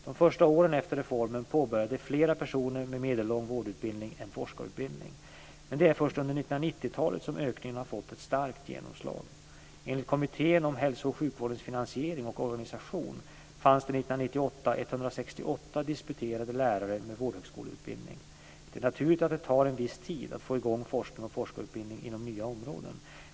De första åren efter reformen påbörjade flera personer med medellång vårdutbildning en forskarutbildning. Men det är först under 1990-talet som ökningen har fått ett starkt genomslag. Enligt Kommittén om hälso och sjukvårdens finansiering och organisation, HSU 2000, fanns det 168 disputerade lärare med vårdhögskoleutbildning år 1998. Det är naturligt att det tar en viss tid att få i gång forskning och forskarutbildning inom nya områden.